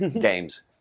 games